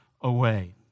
away